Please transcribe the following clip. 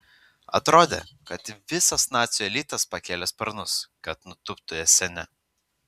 atrodė kad visas nacių elitas pakėlė sparnus kad nutūptų esene